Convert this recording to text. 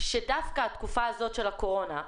ואומר שדווקא התקופה הזאת של הקורונה,